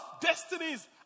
destinies